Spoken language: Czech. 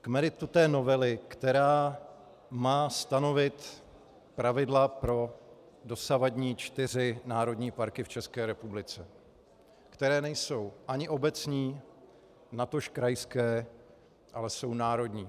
K meritu novely, která má stanovit pravidla pro dosavadní čtyři národní parky v České republice, které nejsou ani obecní, natož krajské, ale jsou národní.